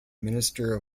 minister